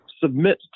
submit